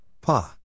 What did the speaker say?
Pa